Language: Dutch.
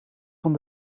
van